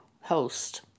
host